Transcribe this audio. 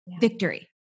victory